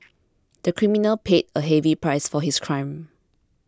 the criminal paid a heavy price for his crime